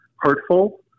hurtful